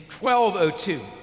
1202